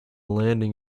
landing